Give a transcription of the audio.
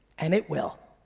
and it will.